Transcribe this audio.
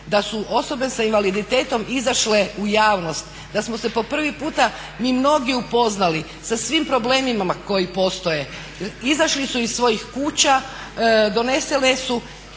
da su osobe s invaliditetom izašle u javnost da smo se po prvi puta mi mnogi upoznali sa svim problemima koji postoje, izašli su iz svojih kuća … slažem